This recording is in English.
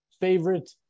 favorite